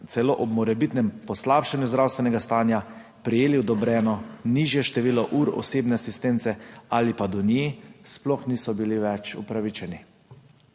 celo ob morebitnem poslabšanju zdravstvenega stanja, prejeli odobreno nižje število ur osebne asistence ali pa do nje sploh niso bili več upravičeni.